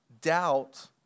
doubt